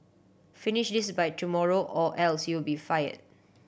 finish this by tomorrow or else you'll be fired